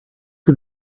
can